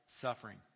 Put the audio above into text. suffering